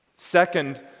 Second